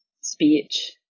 speech